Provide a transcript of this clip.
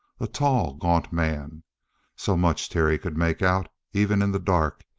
a tall, gaunt man so much terry could make out even in the dark,